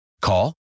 Call